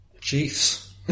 Chiefs